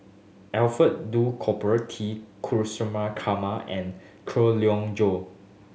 Alfred Duff Cooper T and Leong Joo